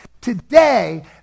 today